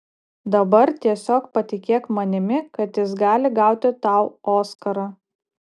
dabar tiesiog patikėk manimi kad jis gali gauti tau oskarą